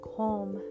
home